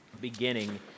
beginning